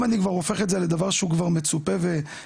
אם אני כבר הופך את זה לדבר שהוא כבר מצופה וטריוויאלי,